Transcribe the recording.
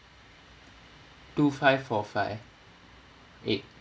two five four five eight